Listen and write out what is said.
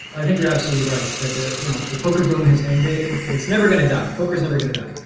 i think you're absolutely right, that the you know the poker broom has ended. it's never going to die. poker is never going to die,